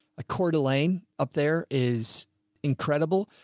a quarter lane up there is incredible,